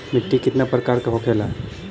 मिट्टी कितना प्रकार के होखेला?